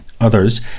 Others